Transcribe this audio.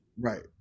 Right